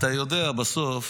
אתה יודע, בסוף